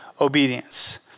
obedience